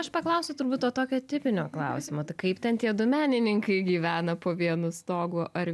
aš paklausiu turbūt to tokio tipinio klausimo tai kaip ten tie du menininkai gyvena po vienu stogu ar